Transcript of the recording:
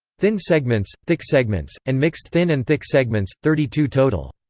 thin segments, thick segments, and mixed thin and thick segments, thirty two total.